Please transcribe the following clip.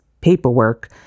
paperwork